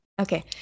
Okay